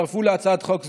הצטרפו להצעת חוק זו.